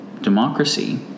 democracy